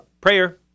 prayer